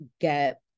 get